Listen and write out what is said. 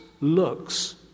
looks